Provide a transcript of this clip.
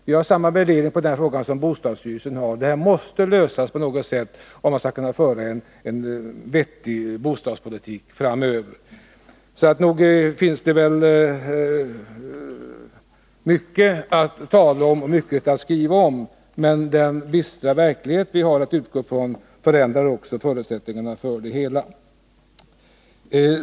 Vi har samma värdering i denna fråga som bostadsstyrelsen och anser att detta problem måste lösas på något sätt, om vi skall kunna föra en vettig bostadspolitik framöver. Det finns således mycket att tala om och mycket att skriva om, men den bistra verklighet som vi har att utgå ifrån förändrar också förutsättningarna för det hela.